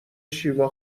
شیوا